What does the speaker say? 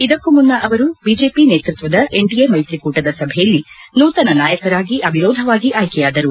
ಇದಕ್ಕು ಮುನ್ನ ಅವರು ಬಿಜೆಪಿ ನೇತೃತ್ವದ ಎನ್ಡಿಎ ಮೈತ್ರಿಕೂಟದ ಸಭೆಯಲ್ಲಿ ನೂತನ ನಾಯಕನಾಗಿ ಅವಿರೋಧವಾಗಿ ಆಯ್ಕೆಯಾದರು